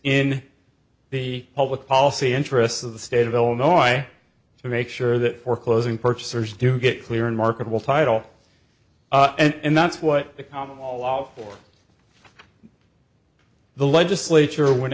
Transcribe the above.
in the public policy interests of the state of illinois to make sure that foreclosing purchasers do get clear and marketable title and that's what the common law law for the legislature when